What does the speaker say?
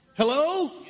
hello